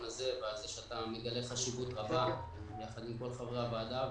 הזה ועל כך שאתה מגלה חשיבות רבה יחד עם כל חברי הוועדה.